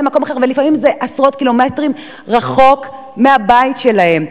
לפעמים זה במרחק עשרות קילומטרים מהבית שלהם.